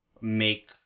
make